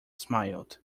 smiled